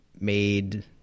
made